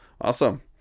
awesome